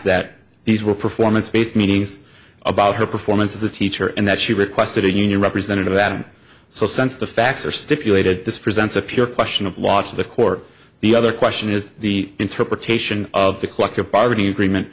that these were performance based meetings about her performance as a teacher and that she requested a union representative at him so since the facts are stipulated this presents appear question of law to the court the other question is the interpretation of the collective bargaining agreement